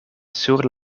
sur